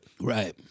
Right